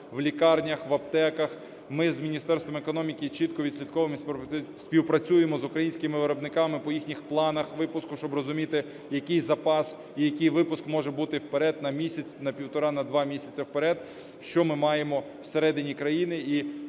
в лікарнях, в аптеках. Ми з Міністерством економіки чітко відслідковуємо і співпрацюємо з українськими виробниками по їхніх планах випуску, щоб розуміти, який запас і який випуск може бути вперед на місяць, на півтора, на два місяці вперед, що ми маємо всередині країні.